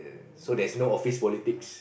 so there's no office politics